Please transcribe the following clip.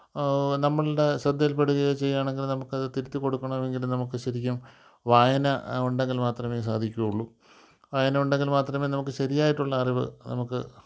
നമ്മുടെ ശ്രദ്ധയിൽ പെടുകയോ ചെയ്യുവാണെങ്കിൽ നമുക്ക് അത് തിരുത്തി കൊടുക്കണമെങ്കിൽ നമുക്ക് ശരിക്കും വായന ഉണ്ടെങ്കിൽ മാത്രമേ സാധിക്കുകയുള്ളൂ വായന ഉണ്ടെങ്കിൽ മാത്രമേ നമുക്ക് ശരിയായിട്ടുള്ള അറിവ് നമുക്ക്